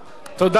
תודה.